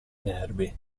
nervi